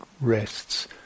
rests